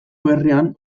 berrian